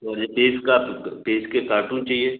और ये पेज़ का पेज के कार्टून चाहिए